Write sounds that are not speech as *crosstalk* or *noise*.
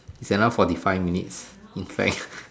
it's another forty five minutes okay *noise*